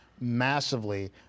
massively